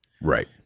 right